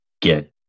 get